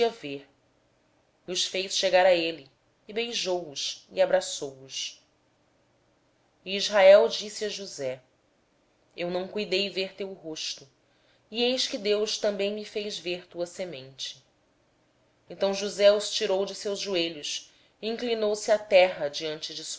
ver josé pois fê los chegar a ele e ele os beijou e os abraçou e israel disse a josé eu não cuidara ver o teu rosto e eis que deus me fez ver também a tua descendência então josé os tirou dos joelhos de seu pai e inclinou-se à terra diante da